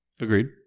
Agreed